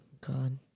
God